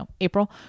April